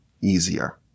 easier